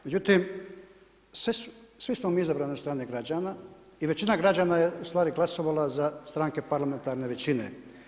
Međutim, svi smo mi izabrani od strane građana i većina građana je ustvari glasovala za stranke parlamentarne većine.